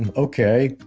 and okay.